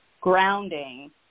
grounding